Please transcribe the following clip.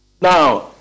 now